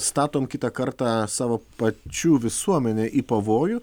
statom kitą kartą savo pačių visuomenę į pavojų